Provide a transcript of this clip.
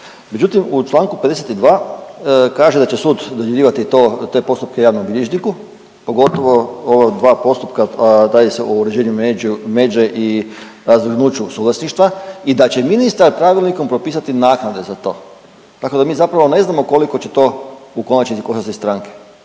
Međutim, u članku 52. kaže da će sud dodjeljivati to, te postupke javnom bilježniku pogotovo ova dva postupka radi se o uređenju međe i razvrgnuću suvlasništva i da će ministar pravilnikom propisati naknade za to. Tako da mi zapravo ne znamo koliko će to u konačnici koštati stranke,